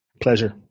Pleasure